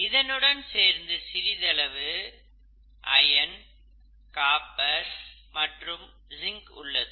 இதனுடன் சேர்ந்து சிறிதளவு அயன் காப்பர் மற்றும் ஜிங்க் உள்ளது